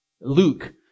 Luke